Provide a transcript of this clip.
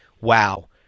wow